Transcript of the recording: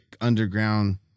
underground